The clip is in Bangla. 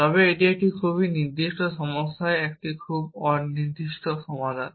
তবে এটি একটি খুব নির্দিষ্ট সমস্যার একটি খুব নির্দিষ্ট সমাধান